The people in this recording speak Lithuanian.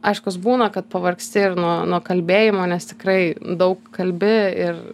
aiškus būna kad pavargsti ir nuo nuo kalbėjimo nes tikrai daug kalbi ir